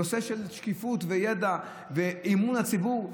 זה נושא של שקיפות וידע ואמון הציבור.